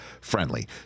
friendly